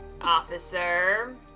officer